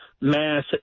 mass